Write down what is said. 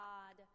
God